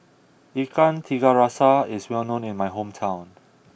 Ikan Tiga Rasa is well known in my hometown